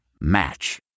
Match